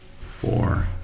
four